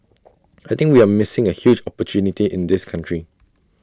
I think we're missing A huge opportunity in this country